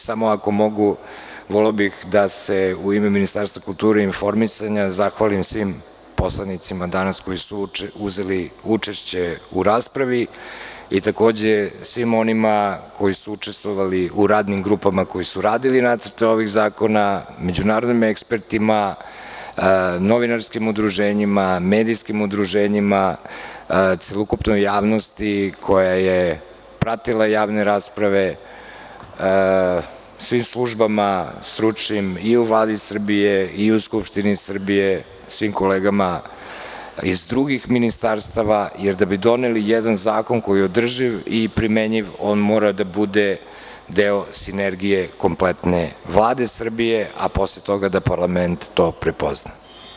Samo ako mogu voleo bih da se u ime Ministarstva kulture i informisanja zahvalim svim poslanicima danas koji su uzeli učešće u raspravi i takođe svima onima koji su učestvovali u radnim grupama koji su radili nacrte ovih zakona, međunarodnim ekspertima, novinarskim udruženjima, medijskim udruženjima, celokupnoj javnosti koja je pratila javne rasprave, svi službama stručnim i u Vladi Srbije i u Skupštini Srbije, svim kolegama iz drugih ministarstava, jer da bi doneli jedan zakon koji je održiv i primenjiv on mora da bude deo sinergije kompletne Vlade Srbije, a posle toga da parlament to prepozna.